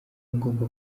ngomba